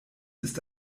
ist